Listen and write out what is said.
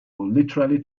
literally